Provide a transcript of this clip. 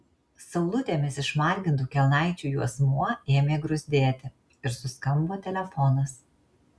saulutėmis išmargintų kelnaičių juosmuo ėmė gruzdėti ir suskambo telefonas